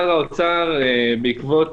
הוראת השעה נועדה מלכתחילה לחמש שנים, כדי לעשות